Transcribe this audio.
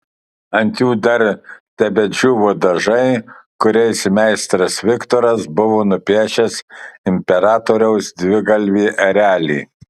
ant jų dar tebedžiūvo dažai kuriais meistras viktoras buvo nupiešęs imperatoriaus dvigalvį erelį